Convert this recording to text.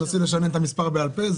תנסי לשנן את המספר בעל פה.